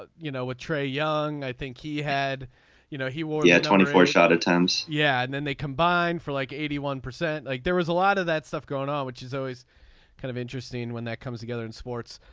ah you know what trey young. i think he had you know he will. yeah. twenty four shot attempts. yeah. and then they combined for like eighty one percent. like there was a lot of that stuff going on which is always kind of interesting when that comes together in sports.